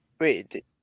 Wait